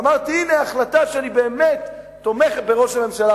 אמרתי: הנה החלטה שאני באמת תומך בראש הממשלה,